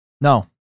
No